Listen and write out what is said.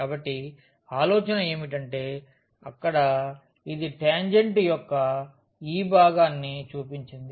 కాబట్టి ఆలోచన ఏమిటంటే ఇక్కడ ఇది టాంజెంట్ యొక్క ఈ భాగాన్ని చూపించింది